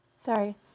Sorry